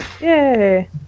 Yay